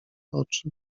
oczy